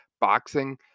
boxing